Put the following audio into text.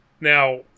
Now